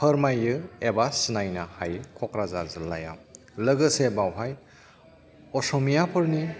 फोरमायो एबा सिनायनो हायो क'क्राझार जिल्लायाव लोगोसे बेवहाय असमियाफोरनि